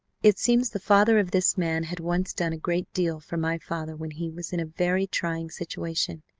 it seems the father of this man had once done a great deal for my father when he was in a very trying situation,